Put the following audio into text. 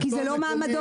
כי זה לא מעמדו.